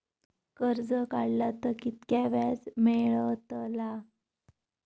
कर्ज काडला तर कीतक्या व्याज मेळतला?